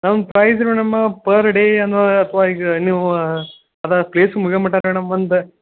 ನಮ್ಮ price madam per day ಅಂದರೆ ಅಪ್ಪಾ ಈಗ ನೀವು ಅದೇ ಪ್ಲೇಸ್ ಮುಗಿಯೋ ಮಟ ಮೇಡಮ್ ಒಂದು